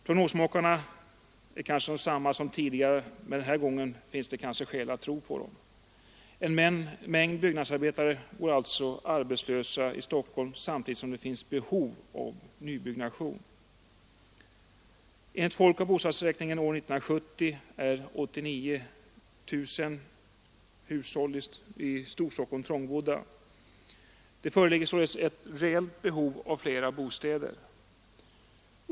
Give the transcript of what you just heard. Prognosmakarna är kanske desamma som tidigare, men den här gången finns det skäl att tro dem. En mängd byggnadsarbetare går alltså arbetslösa i Stockholm, samtidigt som det finns behov av nybyggnation. Enligt folkoch bostadsräkningen år 1970 är 89 000 hushåll i Storstockholm trångbodda. Det föreligger således ett rejält behov av fler bostäder.